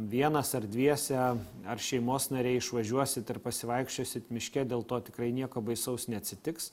vienas ar dviese ar šeimos nariai išvažiuosit ir pasivaikščiosit miške dėl to tikrai nieko baisaus neatsitiks